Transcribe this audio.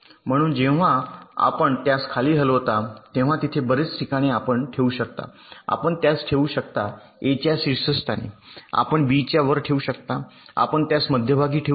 म्हणून जेव्हा आपण त्यास खाली हलवता तेव्हा तिथे बरेच ठिकाणे आपण ठेवू शकता आपण त्यास ठेवू शकता ए च्या शीर्षस्थानी आपण बी च्या वर ठेवू शकता आपण त्यास मध्यभागी ठेवू शकता